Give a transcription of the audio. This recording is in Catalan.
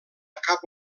cap